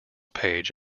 page